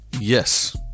Yes